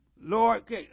Lord